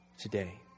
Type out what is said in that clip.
today